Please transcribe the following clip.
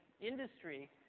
industry